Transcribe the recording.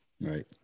Right